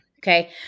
Okay